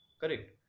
correct